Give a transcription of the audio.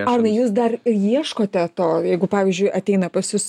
arnai jūs dar ieškote to jeigu pavyzdžiui ateina pas jus